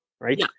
right